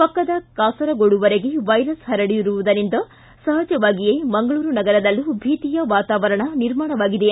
ಪಕ್ಕದ ಕಾಸರಗೋಡುವರೆಗೆ ವೈರಸ್ ಪರಡಿರುವುದರಿಂದ ಸಹಜವಾಗಿಯೇ ಮಂಗಳೂರು ನಗರದಲ್ಲೂ ಭೀತಿಯ ವಾತಾವರಣ ನಿರ್ಮಾಣವಾಗಿದೆ